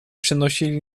przynosili